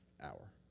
hour